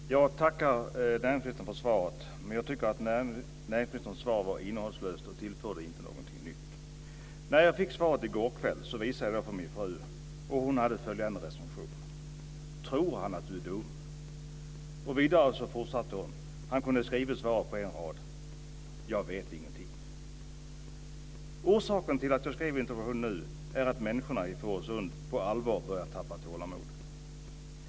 Fru talman! Jag tackar näringsministern för svaret, men jag tycker att det var innehållslöst och inte tillförde någonting nytt. När jag fick svaret i går kväll visade jag det för min fru. Hon hade följande recension: Tror han att du är dum? Vidare fortsatte hon: Han kunde skrivit svaret på en rad. Jag vet ingenting. Orsaken till att jag skrev interpellationen är att människorna i Fårösund på allvar börjar tappa tålamodet.